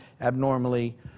abnormally